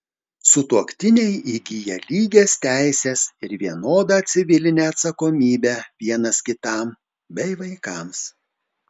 sutuoktiniai įgyja lygias teises ir vienodą civilinę atsakomybę vienas kitam bei vaikams